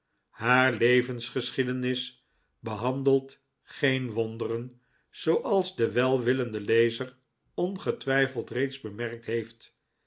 haar levensgeschiedenis behandelt geen wonderen zooals de welwillende lezer ongetwijfeld reeds bemerkt heeft